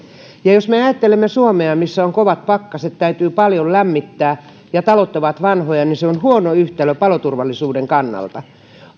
ja jos me me ajattelemme suomea missä on kovat pakkaset täytyy paljon lämmittää ja talot ovat vanhoja niin se on huono yhtälö paloturvallisuuden kannalta